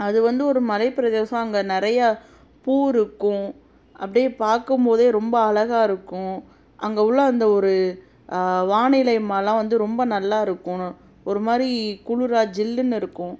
அது வந்து ஒரு மலை பிரதேசம் அங்கே நிறையா பூ இருக்கும் அப்படியே பார்க்கும்போதே ரொம்ப அழகா இருக்கும் அங்கே உள்ள அந்த ஒரு வானிலை ரொம்ப நல்லா இருக்கும் ஒரு மாதிரி குளிரா ஜில்லுன்னு இருக்கும்